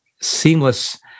seamless